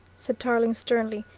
said tarling sternly.